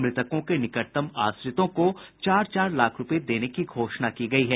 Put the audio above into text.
मृतकों के निकटतम आश्रितों को चार चार लाख रूपये देने की घोषणा की गयी है